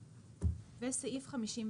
פה אחד ההצעה אושרה ו- סעיף 56 ב'